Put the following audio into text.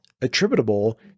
attributable